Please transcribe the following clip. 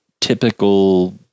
typical